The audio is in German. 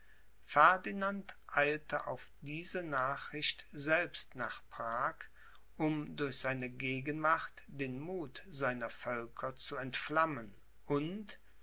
eilte auf diese nachricht selbst nach prag um durch seine gegenwart den muth seiner völker zu entflammen und